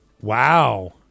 Wow